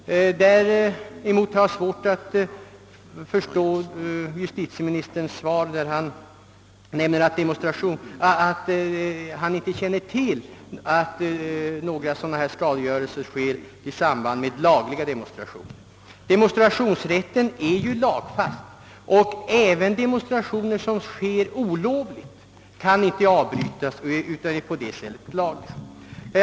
Däremot har jag svårt att förstå justitieministern när han i sitt svar skriver att han inte kände till att några skadegörelser äger rum i samband med lagliga demonstrationer. Demonstrationsrätten är ju lagfäst, och inte heller demonstrationer som sker olovligt kan avbrytas. De är sålunda på sätt och vis lagliga även de.